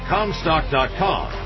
Comstock.com